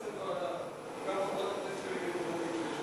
וגם חברת הכנסת,